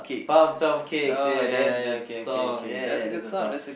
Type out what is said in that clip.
Pumped Up Kicks ya that's the song ya ya that's the song